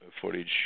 footage